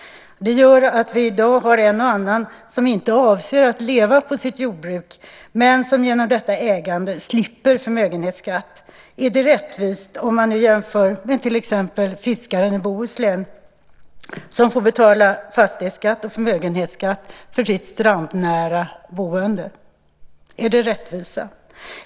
Det gör att det i dag finns en och annan som inte avser att leva på sitt jordbruk men som genom detta ägande slipper förmögenhetsskatt. Är det rättvist om man nu jämför med till exempel fiskaren i Bohuslän som får betala fastighetsskatt och förmögenhetsskatt för sitt strandnära boende? Är det rättvisa?